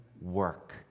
work